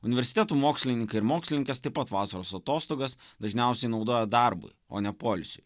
universitetų mokslininkai ir mokslininkės taip pat vasaros atostogas dažniausiai naudoja darbui o ne poilsiui